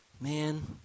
Man